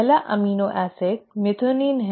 पहला amino acid methionine है